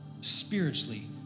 spiritually